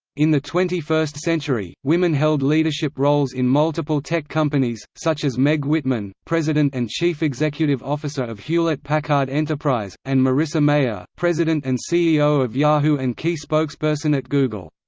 in the twenty first century, women held leadership roles in multiple tech companies, such as meg whitman, president and chief executive officer of hewlett packard enterprise, and marissa mayer, president and ceo of yahoo! and key spokesperson at google.